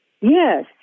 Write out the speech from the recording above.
Yes